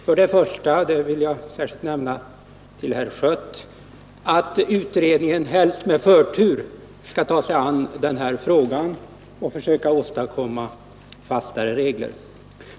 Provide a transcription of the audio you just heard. För det första — det vill jag särskilt nämna för herr Schött — innebär det att utredningen helst med förtur skall ta sig an denna fråga och försöka åstadkomma fastare regler.